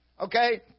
Okay